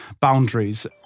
boundaries